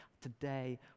today